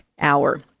hour